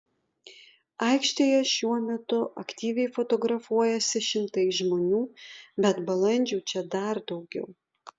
aikštėje šiuo metu aktyviai fotografuojasi šimtai žmonių bet balandžių čia dar daugiau